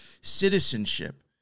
citizenship